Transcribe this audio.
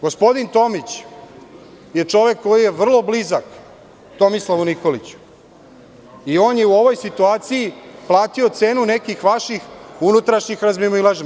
Gospodin Tomić je čovek koji je vrlo blizak Tomislavu Nikoliću i on je u ovoj situaciji platio cenu nekih vaših unutrašnjih razmimoilaženja.